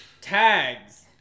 Tags